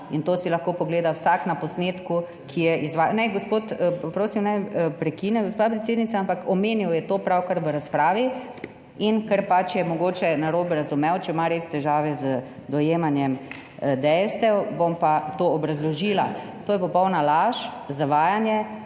To si lahko vsak pogleda na posnetku, ki je … Naj gospod, prosim, naj prekine, gospa predsednica, ampak omenil je to pravkar v razpravi, in ker je mogoče narobe razumel, če ima res težave z dojemanjem dejstev, bom to obrazložila. To je popolna laž, zavajanje.